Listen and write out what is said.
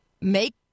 make